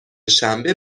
شنبه